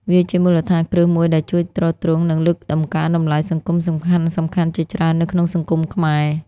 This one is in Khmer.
វាជាមូលដ្ឋានគ្រឹះមួយដែលជួយទ្រទ្រង់ និងលើកតម្កើងតម្លៃសង្គមសំខាន់ៗជាច្រើននៅក្នុងសង្គមខ្មែរ។